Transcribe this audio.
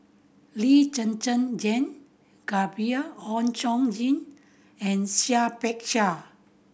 Lee Zhen Zhen Jane Gabriel Oon Chong Jin and Seah Peck Seah